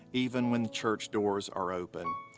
even when the church doors are open.